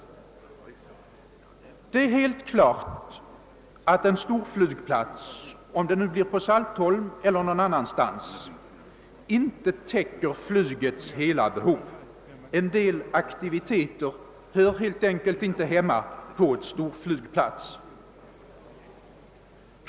Det är helt klart att en storflygplats — om den nu placeras på Saltholm eller någon annanstans — inte täcker flygets alla behov. En del aktiviteter hör helt enkelt inte hemma på en storflygplats.